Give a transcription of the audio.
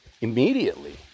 immediately